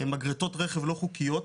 מגרטות רכב לא חוקיות,